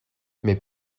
mais